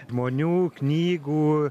žmonių knygų